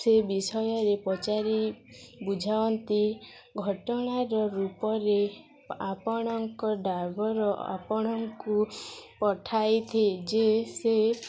ସେ ବିଷୟରେ ପଚାରି ବୁଝାନ୍ତି ଘଟଣାର ରୂପରେ ଆପଣଙ୍କ ଡ୍ରାଇଭର ଆପଣଙ୍କୁ ପଠାଇଥି ଯେ ସେ